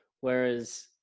whereas –